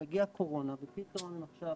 מגיעה הקורונה ופתאום הם עכשיו